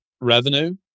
revenue